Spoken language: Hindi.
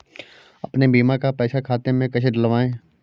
अपने बीमा का पैसा खाते में कैसे डलवाए?